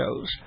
shows